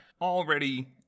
already